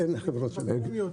אין חברות שמשלמות יותר.